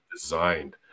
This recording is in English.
designed